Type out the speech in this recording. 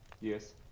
yes